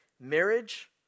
Marriage